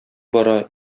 бара